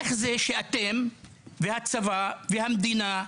איך זה שאתם, הצבא והמדינה,